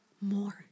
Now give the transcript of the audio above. more